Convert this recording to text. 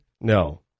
No